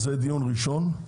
דיון ראשון.